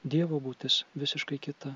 dievo būtis visiškai kita